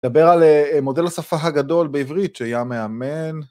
לדבר על מודל השפה הגדול בעברית שהיה מאמן.